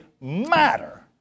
matter